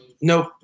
nope